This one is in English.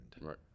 Right